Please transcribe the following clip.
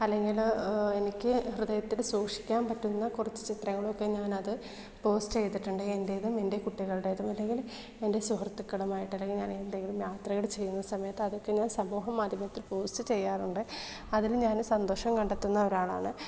അല്ലങ്കിൽ എനിക്ക് ഹൃദയത്തിൽ സൂക്ഷിക്കാൻ പറ്റുന്ന കുറച്ച് ചിത്രങ്ങളൊക്കെ ഞാനത് പോസ്റ്റ് ചെയ്തിട്ടുണ്ട് എൻ്റേതും എൻ്റെ കുട്ടികളുടേതും അല്ലെങ്കിൽ എൻ്റെ സുഹൃത്തുക്കളുമായിട്ട് അല്ലെങ്കിൽ ഞാൻ എന്തെങ്കിലും യാത്രകൾ ചെയ്യുന്ന സമയത്ത് അതൊക്കെ ഞാൻ സമൂഹ മാധ്യമത്തിൽ പോസ്റ്റ് ചെയ്യാറുണ്ട് അതിന് ഞാൻ സന്തോഷം കണ്ടെത്തുന്ന ഒരാളാണ്